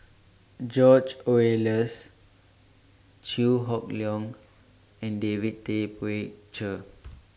George Oehlers Chew Hock Leong and David Tay Poey Cher